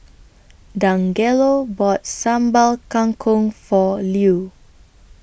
Dangelo bought Sambal Kangkong For Lew